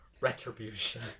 retribution